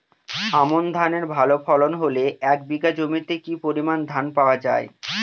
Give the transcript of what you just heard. আমন ধানের ভালো ফলন হলে এক বিঘা জমিতে কি পরিমান ধান পাওয়া যায়?